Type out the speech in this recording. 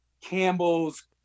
Campbell's